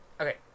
Okay